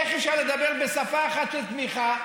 איך אפשר לדבר בשפה אחת של תמיכה,